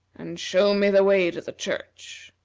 and show me the way to the church.